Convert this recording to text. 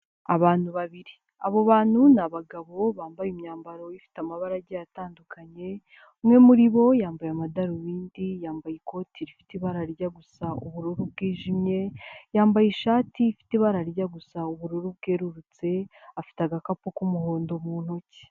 Abantu babiri. Abo bantu ni abagabo bambaye imyambaro ifite amabara agiye atandukanye, umwe muri bo yambaye amadarubindi, yambaye ikoti rifite ibara rijya gusa ubururu bwijimye, yambaye ishati ifite ibara rijya gusa ubururu bwerurutse, afite agakapu k'umuhondo mu ntoki.